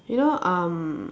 you know um